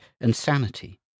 insanity